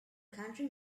country